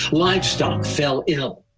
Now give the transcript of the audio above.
livestock fell ill.